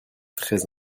très